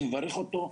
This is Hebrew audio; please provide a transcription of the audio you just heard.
אני מברך אותו,